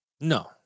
No